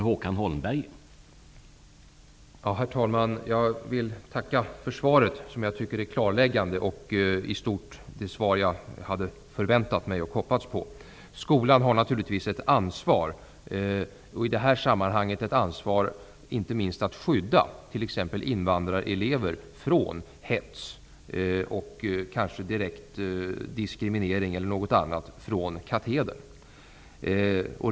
Herr talman! Jag tackar för svaret, som jag tycker är klarläggande och i stort vad jag hade förväntat mig och hoppats på. Skolan har naturligtvis ett ansvar -- i det här sammanhanget inte minst för att skydda t.ex. invandrarelever från hets och kanske direkt diskriminering e.d. från katedern.